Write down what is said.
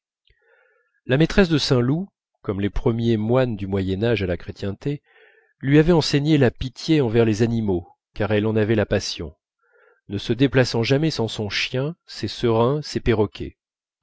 la maîtresse de saint loup comme les premiers moines du moyen âge à la chrétienté lui avait enseigné la pitié envers les animaux car elle en avait la passion ne se déplaçant jamais sans son chien ses serins ses perroquets